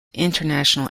international